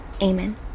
Amen